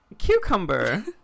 Cucumber